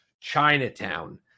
Chinatown